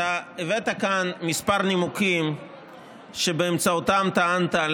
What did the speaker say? אתה הבאת כאן כמה נימוקים שבאמצעותם טענת על